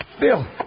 Bill